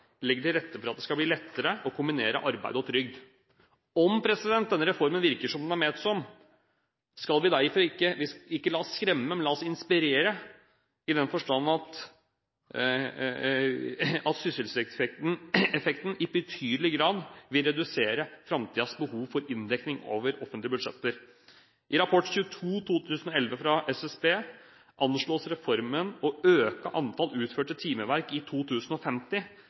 legger til rette for at det skal bli lettere å kombinere arbeid og trygd. Om denne reformen virker slik den er ment, skal vi derfor ikke la oss skremme, men la oss inspirere, i den forstand at sysselsettingseffekten i betydelig grad vil redusere framtidens behov for inndekning over offentlige budsjetter. I rapport nr. 22/2011 fra SSB anslås reformen å øke antall utførte timeverk i 2050